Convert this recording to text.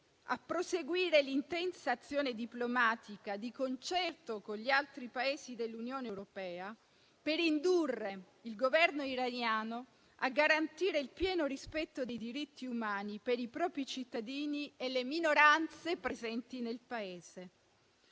e proseguire l'intensa azione diplomatica, di concerto con gli altri Paesi dell'Unione europea, per indurre il Governo iraniano a garantire il pieno rispetto dei diritti umani per i propri cittadini e le minoranze presenti nel Paese.